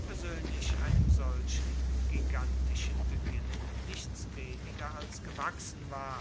persönlich einem solchen gigantischen beginnen nichts weniger als gewachsen war